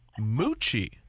Moochie